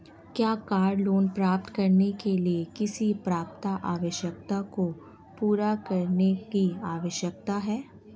क्या car loan प्राप्त करने के लिए किसी पात्रता आवश्यकता को पूरा करने की आवश्यकता है?